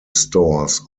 stores